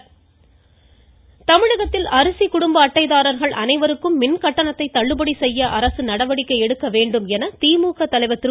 ஸ்டாலின் தமிழகத்தில் அரிசி குடும்ப அட்டைதாரர்கள் அனைவருக்கும் மின்கட்டணத்தை தள்ளுபடி செய்ய அரசு நடவடிக்கை எடுக்க வேண்டும் என திமுக தலைவர் திரு